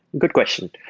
good question.